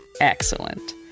Excellent